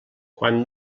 quan